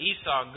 Esau